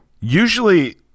Usually